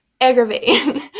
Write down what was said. aggravating